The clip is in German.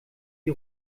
die